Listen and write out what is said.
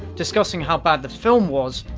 discussing how bad the film was,